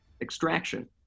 extraction